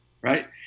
right